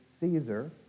Caesar